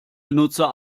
benutzer